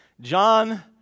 John